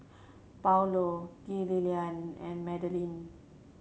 Paulo Gillian and Madeline